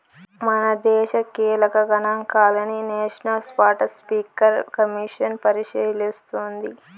మనదేశ కీలక గనాంకాలని నేషనల్ స్పాటస్పీకర్ కమిసన్ పరిశీలిస్తోంది